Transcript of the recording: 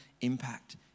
impact